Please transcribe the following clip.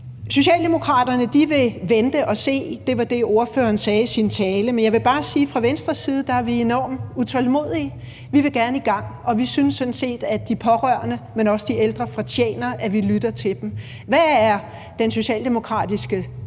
Socialdemokraterne vil vente og se. Det var det, ordføreren sagde i sin tale. Men jeg vil bare sige, at fra Venstres side er vi enormt utålmodige. Vi vil gerne i gang, og vi synes sådan set, at de pårørende, men også de ældre, fortjener, at vi lytter til dem. Hvad er den socialdemokratiske